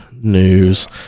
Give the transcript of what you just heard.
news